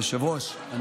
היושב-ראש,